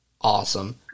awesome